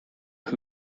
who